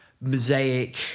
Mosaic